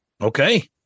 Okay